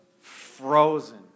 frozen